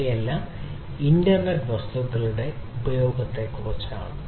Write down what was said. ഇവയെല്ലാം ഇന്റർനെറ്റ് വസ്തുക്കളുടെ ഉപയോഗത്തെക്കുറിച്ചാണ്